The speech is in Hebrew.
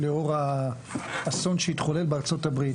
לאור האסון שהתחולל בארה"ב,